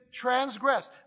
transgressed